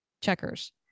checkers